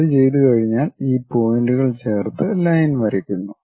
അത് ചെയ്തുകഴിഞ്ഞാൽ ഈ പോയിന്റുകൾ ചേർത്ത് ലൈൻ വരക്കുന്നു